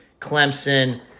Clemson